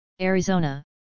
Arizona